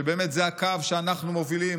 שבאמת זה הקו שאנחנו מובילים